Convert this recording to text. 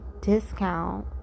discount